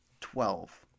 Twelve